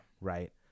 Right